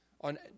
on